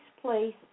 place